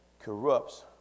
corrupts